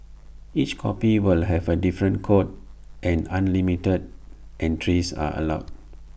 each copy will have A different code and unlimited entries are allowed